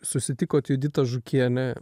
susitikot juditą žukienę